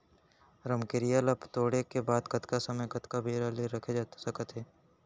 रमकेरिया ला तोड़े के बाद कतका समय कतका बेरा ले रखे जाथे सकत हे?